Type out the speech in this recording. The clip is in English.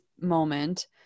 moment